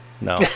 No